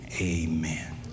Amen